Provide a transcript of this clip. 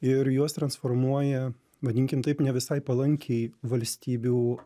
ir juos transformuoja vadinkim taip ne visai palankiai valstybių